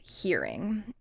hearing